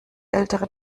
ältere